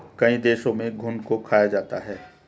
कई देशों में घुन को खाया जाता है